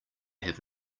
have